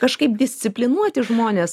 kažkaip disciplinuoti žmones